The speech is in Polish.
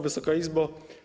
Wysoka Izbo!